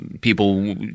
people